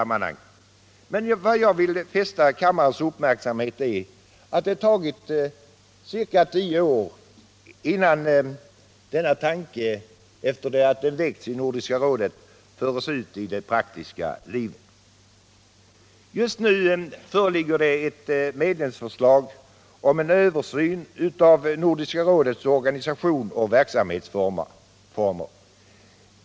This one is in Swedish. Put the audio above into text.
Men vad jag vill fästa kammarens uppmärksamhet på är att det tagit ca 10 år från det att tanken väckts i Nordiska rådet till att den förs ut i det praktiska livet. Just nu föreligger det ett medlemsförslag om en översyn av Nordiska rådets organisation och verksamhetsformer.